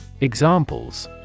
Examples